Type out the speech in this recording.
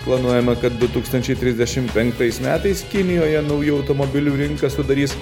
planuojama kad du tūkstančiai trisdešim penktais metais kinijoje naujų automobilių rinka sudarys